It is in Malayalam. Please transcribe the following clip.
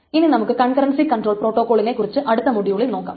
ഇനി നമുക്ക് കൺകറൻസി കൺട്രോൾ പ്രോട്ടോകോളിനെ കുറിച്ച് അടുത്ത മോഡ്യൂളിൽ നോക്കാം